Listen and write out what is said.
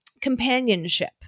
companionship